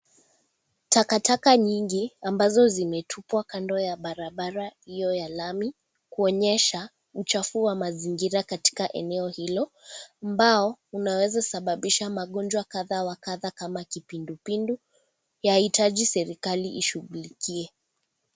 Takataka nyingi ambazo zimetupwa kando ya barabara hiyo ya lami, kuonyesha uchafu wa mazingira katika eneo hilo, ambao unaweza sababisha magonjwa kadha wa kadha kama kipindupindu yahitaji serikali ishugulikie.